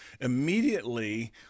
immediately